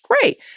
great